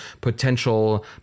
potential